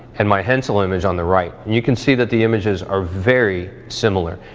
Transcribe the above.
and my hensel image on the right, and you can see that the images are very similar.